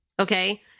okay